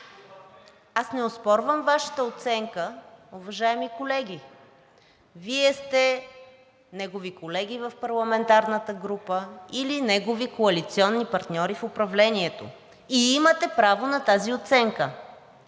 Аз не оспорвам Вашата оценка, уважаеми колеги, Вие сте негови колеги в парламентарната група или негови коалиционни партньори в управлението и имате право на тази оценка.